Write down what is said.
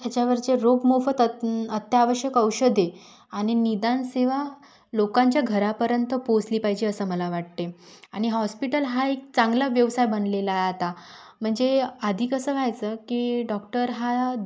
त्याच्यावरचे रोग मोफतत न अत्यावश्यक औषधे आणि निदान सेवा लोकांच्या घरापर्यंत पोचली पाहिजे असं मला वाटते आणि हॉस्पिटल हा एक चांगला व्यवसाय बनलेला आहे आता म्हणजे आदी कसं व्हायचं की डॉक्टर हा